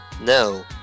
No